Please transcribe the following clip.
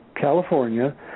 California